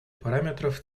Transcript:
параметров